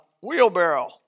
wheelbarrow